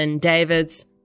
Davids